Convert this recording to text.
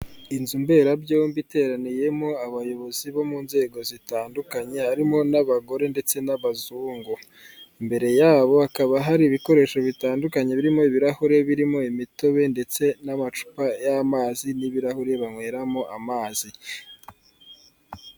Inzu mberabyombi iteraniyemo abayobozi bo mu nzego zitandukanye harimo n'abagore ndetse n'abazungu. Imbere yabo hakaba hari ibikoresho bitandukanye birimo ibirahure, birimo imitobe ndetse n'amacupa y'amazi n'ibirahure banyweramo amazi.